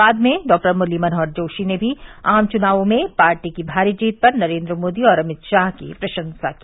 बाद में डॉक्टर मुरली मनोहर जोशी ने भी आम चुनाव में पार्टी की भारी जीत पर नरेन्द्र मोदी और अमित शाह की प्रशंसा की